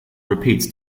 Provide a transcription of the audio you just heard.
repeats